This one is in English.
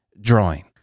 drawing